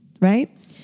right